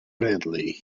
bradley